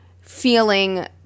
feeling